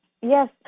Yes